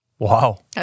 Wow